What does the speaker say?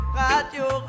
radio